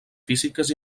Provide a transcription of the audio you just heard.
físiques